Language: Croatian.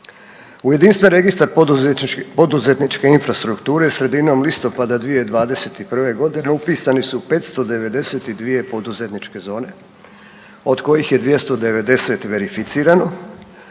U Jedinstven registar poduzetničke infrastrukture sredinom listopada 2021. g. upisani su 592 poduzetničke zone, od kojih je 290 verificirano,